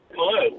Hello